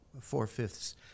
four-fifths